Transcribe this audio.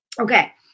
Okay